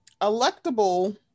electable